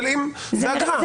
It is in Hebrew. אבל זה אגרה.